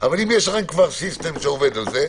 אבל אם יש לכם כבר "סיסטם" שעובד על זה,